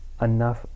enough